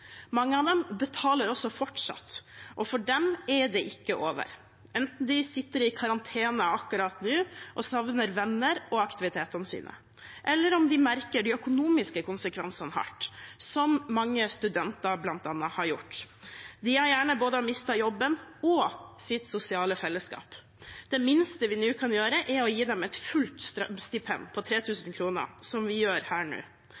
Mange av dem betaler også fortsatt, og for dem er det ikke over, enten de sitter i karantene akkurat nå og savner vennene og aktivitetene sine, eller de merker de økonomiske konsekvensene hardt, slik bl.a. mange studenter har gjort. De har gjerne både mistet jobben og sitt sosiale fellesskap. Det minste vi nå kan gjøre, er å gi dem et fullt strømstipend på 3 000 kr, som vi gjør her nå,